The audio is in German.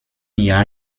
jahr